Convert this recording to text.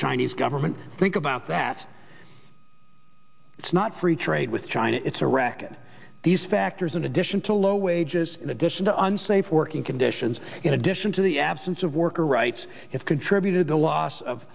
chinese government think about that it's not free trade with china it's a racket these factors in addition to low wages in addition to unsafe working conditions in addition to the absence of worker rights have contributed the loss of